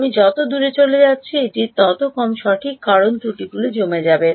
আমি যত দূরে চলে যাচ্ছি এটির তত কম সঠিক কারণ ত্রুটিগুলি জমে যাবে